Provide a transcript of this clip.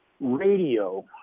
radio